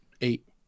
eight